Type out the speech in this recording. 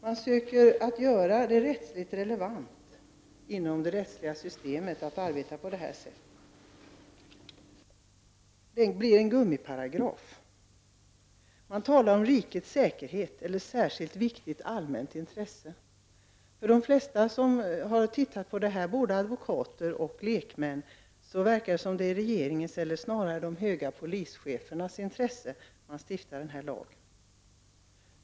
Man försöker göra det rättsligt relevant inom det rättsliga systemet att arbeta på detta sätt. Det blir en gummiparagraf. Man talar om rikets säkerhet eller om särskilt viktigt allmänt intresse. För de flesta som har studerat detta — det gäller både advokater och lekmän — verkar det som om det är i regeringens eller snarare i de höga polischefernas intresse att man stiftar denna lag.